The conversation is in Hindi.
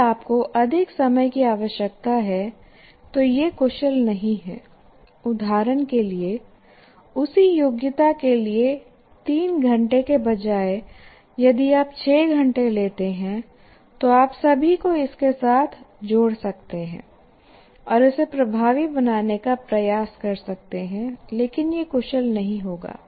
यदि आपको अधिक समय की आवश्यकता है तो यह कुशल नहीं है उदाहरण के लिए उसी योग्यता के लिए 3 घंटे के बजाय यदि आप 6 घंटे लेते हैं तो आप सभी को इसके साथ जोड़ सकते हैं और इसे प्रभावी बनाने का प्रयास कर सकते हैं लेकिन यह कुशल नहीं होगा